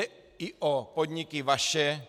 Jde i o podniky vaše.